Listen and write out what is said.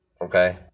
okay